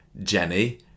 Jenny